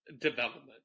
development